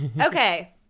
okay